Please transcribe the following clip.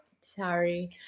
Sorry